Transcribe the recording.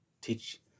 teach